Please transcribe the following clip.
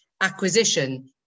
acquisition